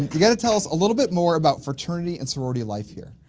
you gotta tell us a little bit more about fraternity and sorority life here.